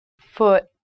Foot